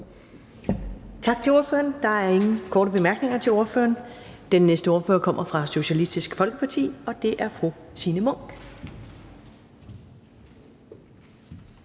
Tak til ordføreren. Der er ingen korte bemærkninger til ordføreren. Den næste ordfører kommer fra Socialistisk Folkeparti, og det er fru Signe Munk.